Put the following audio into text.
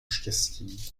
štěstí